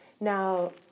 Now